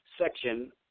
section